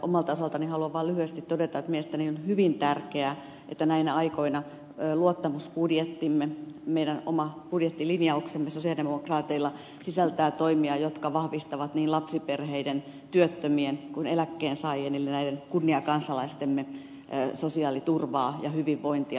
omalta osaltani haluan vaan lyhyesti todeta että mielestäni on hyvin tärkeää että näinä aikoina luottamusbudjettimme meidän oma budjettilinjauksemme sosialidemokraateilla sisältää toimia jotka vahvistavat niin lapsiperheiden työttö mien kuin eläkkeensaajien eli näiden kunniakansalaistemme sosiaaliturvaa ja hyvinvointia